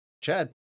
Chad